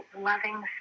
loving